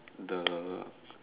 the